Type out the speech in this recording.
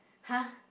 !huh!